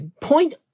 point